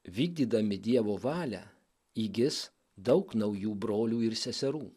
vykdydami dievo valią įgis daug naujų brolių ir seserų